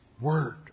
word